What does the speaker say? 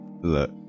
look